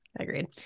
agreed